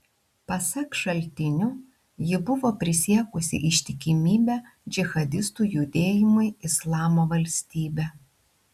pasak šaltinių ji buvo prisiekusi ištikimybę džihadistų judėjimui islamo valstybė